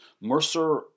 Mercer